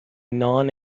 non